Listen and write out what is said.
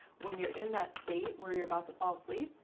when you're in that state where you're about to fall asleep,